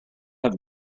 have